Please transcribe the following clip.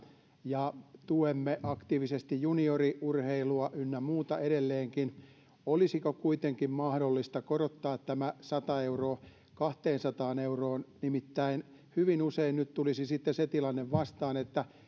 ja tuemme aktiivisesti junioriurheilua ynnä muuta edelleenkin olisiko kuitenkin mahdollista korottaa tämä sata euroa kahteensataan euroon nimittäin hyvin usein nyt tulisi sitten se tilanne vastaan että